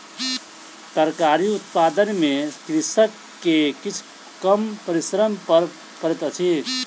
तरकारी उत्पादन में कृषक के किछ कम परिश्रम कर पड़ैत अछि